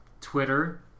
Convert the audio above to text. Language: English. Twitter